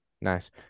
Nice